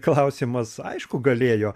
klausimas aišku galėjo